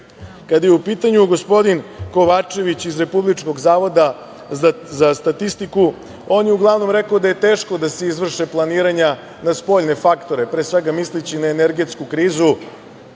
je u pitanju gospodin Kovačević iz Republičkog zavoda za statistiku, on je uglavnom rekao da je teško da se izvrše planiranja na spoljne faktore, pre svega misleći na energetsku krizu